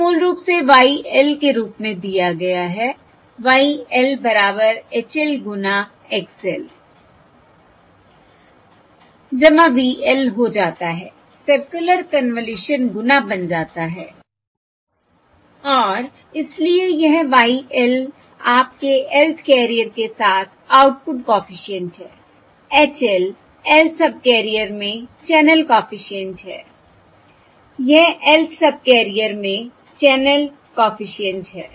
यह मूल रूप से Y l के रूप में दिया गया है Y l बराबर H l गुणा X L V L हो जाता है सर्कुलर कन्वॉल्यूशन गुणा बन जाता है और इसलिए यह Y l आपके lth कैरियर के साथ आउटपुट कॉफिशिएंट है H l lth सबकैरियर में चैनल कॉफिशिएंट है यह lth सबकैरियर में चैनल कॉफिशिएंट है